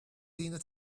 dinner